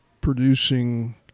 producing